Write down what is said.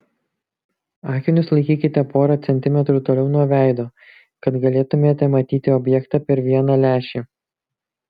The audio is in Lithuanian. akinius laikykite porą centimetrų toliau nuo veido kad galėtumėte matyti objektą per vieną lęšį